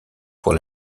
pour